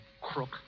crook